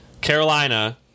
Carolina